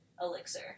elixir